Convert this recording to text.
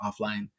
offline